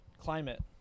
climate